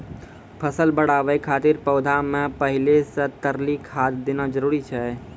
फसल बढ़ाबै खातिर पौधा मे पहिले से तरली खाद देना जरूरी छै?